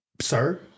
Sir